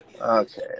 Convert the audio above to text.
Okay